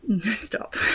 Stop